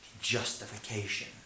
justification